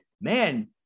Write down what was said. man